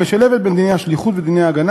המשלבת בין דיני השליחות ודיני ההגנה